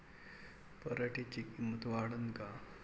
पराटीची किंमत वाढन का?